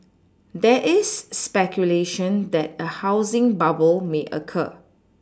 there is speculation that a housing bubble may occur